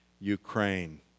Ukraine